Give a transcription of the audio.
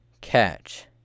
catch